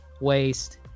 waste